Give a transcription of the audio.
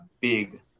big